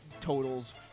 totals